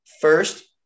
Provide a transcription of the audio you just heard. First